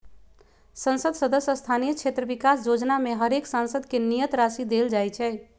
संसद सदस्य स्थानीय क्षेत्र विकास जोजना में हरेक सांसद के नियत राशि देल जाइ छइ